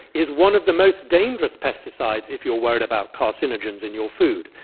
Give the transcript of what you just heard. is one of the most dangerous pesticides if you're worried about carcinogens in your food.